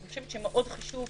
אני חושבת שחשוב מאוד